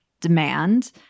demand